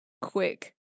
quick